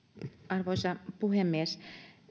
arvoisa puhemies